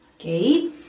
Okay